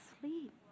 sleep